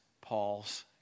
Paul's